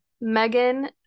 Megan